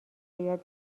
بیاد